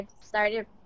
started